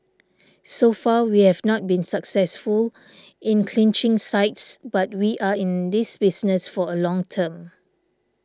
so far we have not been successful in clinching sites but we are in this business for a long term